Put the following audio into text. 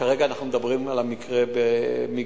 כרגע אנחנו מדברים על המקרה במגרון.